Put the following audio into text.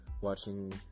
watching